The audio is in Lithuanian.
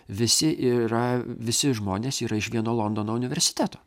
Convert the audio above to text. visi yra visi žmonės yra iš vieno londono universiteto